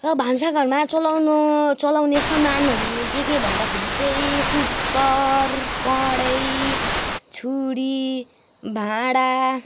र भान्सा घरमा चलाउनु चलाउने समानहरू के के भन्दाखेरि चाहिँ कुक्कर कराही छुरी भाँडा